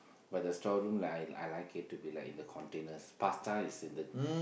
but the storeroom like I I like it to be like the containers pasta is in the